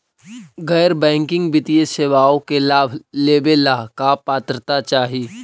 गैर बैंकिंग वित्तीय सेवाओं के लाभ लेवेला का पात्रता चाही?